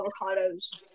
avocados